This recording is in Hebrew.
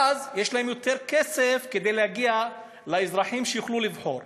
ואז יש להם יותר כסף להגיע לאזרחים שיוכלו לבחור.